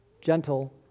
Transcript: gentle